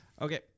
okay